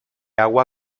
agua